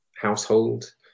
household